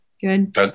good